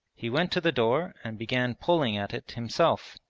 he went to the door and began pulling at it himself.